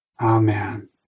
Amen